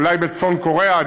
אולי בצפון-קוריאה.